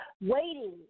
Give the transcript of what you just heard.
waiting